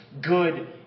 good